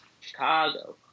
Chicago